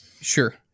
Sure